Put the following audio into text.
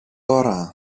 ώρα